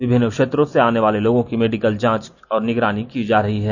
विभिन्न क्षेत्रों से आने वाले लोगों की मेडिकल जांच और निगरानी की जा रही है